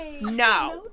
No